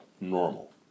normal